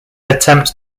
attempts